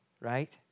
right